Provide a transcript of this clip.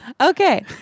Okay